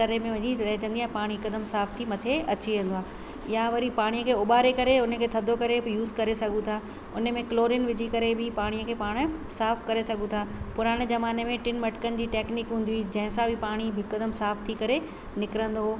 तरे में वञी रहजंदी आहे पाणी हिकदमि साफ़ु थी मथे अची वेंदो आहे या वरी पाणीअ खे उबारे करे उन खे थधो करे यूज़ करे सघूं था उन में क्लोरीन विझी करे बि पाणीअ खे पाण साफ़ु करे सघूं था पुराणे ज़माने में टिनि मटिकनि जी टैक्निक हूंदी हुई जंहिं सां बि पाणी हिकदमि साफ़ु थी करे निकिरंदो